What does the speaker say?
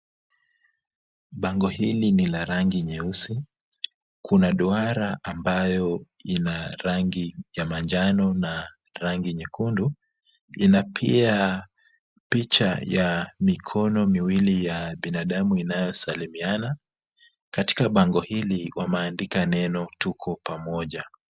Bango hili ni la rangi nyeusi. Kuna duara ambayo ina rangi ya manjano na rangi nyekundu. Ina pia picha ya mikono miwili ya binadamu inayosalimiana. Katika bango hili wameandika neno Tuko Pamoja.